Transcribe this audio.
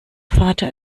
vater